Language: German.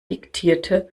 diktierte